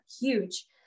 huge